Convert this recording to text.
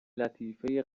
لطیفه